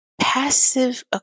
passive